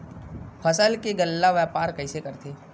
फसल के गल्ला व्यापार कइसे करथे?